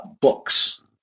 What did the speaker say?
books